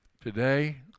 Today